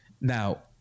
now